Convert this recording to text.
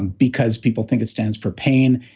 and because people think it stands for pain.